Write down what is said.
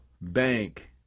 bank